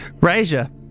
Raja